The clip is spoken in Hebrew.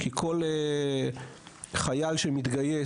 כי כל חייל שמתגייס,